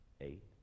eight